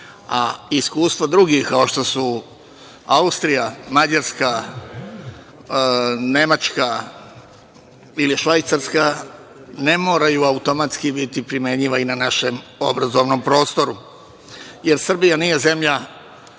A iskustva drugih, kao što su Austrija, Mađarska, Nemačka ili Švajcarska, ne moraju automatski biti primenjiva i na našem obrazovnom prostoru, jer Srbija nije zemlja